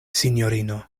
sinjorino